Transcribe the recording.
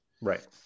Right